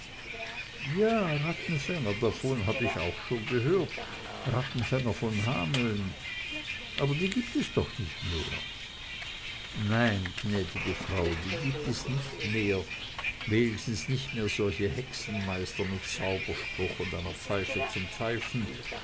ja rattenfänger davon hab ich auch gehört rattenfänger von hameln aber die gibt es doch nicht mehr nein gnädige frau die gibt es nicht mehr wenigstens nicht mehr solche hexenmeister mit zauberspruch und einer pfeife zum pfeifen